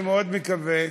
אני מקווה